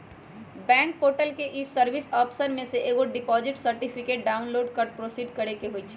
bank portal के e service option में से डिपॉजिट सर्टिफिकेट डाउनलोड कर प्रोसीड करेके होइ छइ